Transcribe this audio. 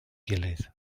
gilydd